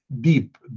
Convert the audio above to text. deep